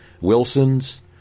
Wilson's